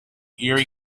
erie